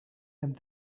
and